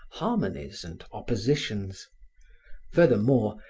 harmonies and oppositions furthermore,